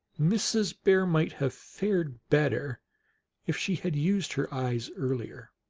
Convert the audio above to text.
mrs. bear might have fared better if she had used her eyes earlier.